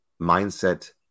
mindset